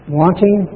wanting